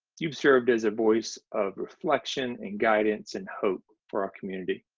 you've served as a voice of reflection and guidance and hope for our community.